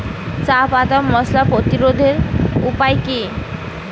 চাপাতায় মশা প্রতিরোধের উপায় কি?